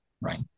right